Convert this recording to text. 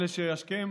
אלה שהשכם